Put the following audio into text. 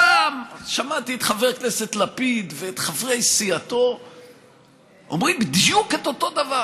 פעם שמעתי את חבר הכנסת לפיד ואת חברי סיעתו אומרים בדיוק את אותו דבר.